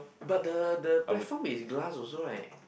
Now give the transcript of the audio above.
eh but the the platform is glass also right